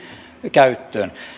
käyttöön